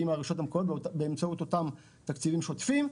מהרשויות המקומיות באמצעות אותם תקציבים שוטפים,